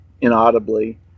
inaudibly